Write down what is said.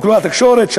בכל התקשורת,